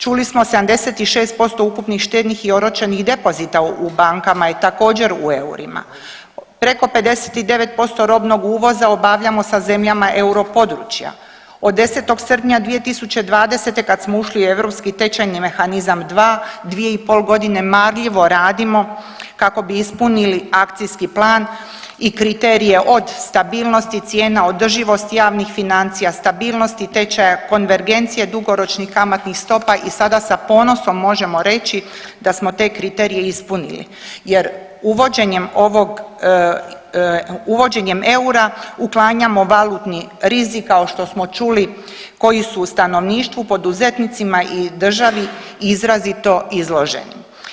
Čuli smo 76% ukupnih štednih i oročenih depozita u bankama je također u eurima, preko 59% robnog uvoza obavljamo sa zemljama euro područja, od 10. srpnja 2020. kad smo ušli u Europski tečajni mehanizam 2, dvije i pol godine marljivo radimo kako bi ispunili akcijski plan i kriterije od stabilnosti cijena, održivosti javnih financija, stabilnosti tečaja, konvergencije, dugoročnih kamatnih stopa i sada sa ponosom možemo reći da smo te kriterije ispunili jer uvođenjem ovog uvođenjem eura uklanjamo valutni rizik kao što smo čuli koji su stanovništvu poduzetnicima i državi izrazito izloženi.